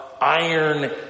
iron